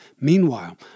Meanwhile